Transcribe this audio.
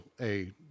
a-